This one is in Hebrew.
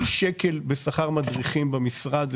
כל שקל בשכר מדריכים במשרד,